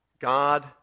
God